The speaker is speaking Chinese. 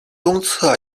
东侧